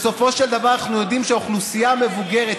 בסופו של דבר אנחנו יודעים שהאוכלוסייה המבוגרת,